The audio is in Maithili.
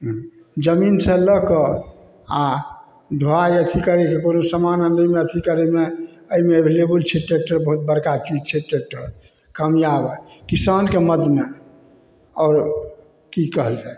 जमीनसँ लऽ कऽ आओर ढोआइ अथी करैके कोनो समान आनैमे अथी करैमे एहिमे एवलेबल छै ट्रैकटर बहुत बड़का चीज छै ट्रैकटर कामयाब किसानके मदमे आओर कि कहल जाए